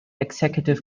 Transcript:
executive